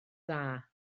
dda